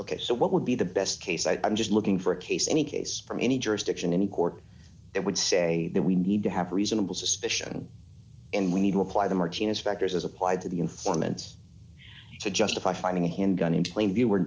ok so what would be the best case i'm just looking for a case any case from any jurisdiction any court that would say that we need to have reasonable suspicion and we need to apply the martinez factors as applied to the informants to justify finding a handgun in plain view